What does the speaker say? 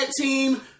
team